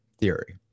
theory